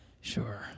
sure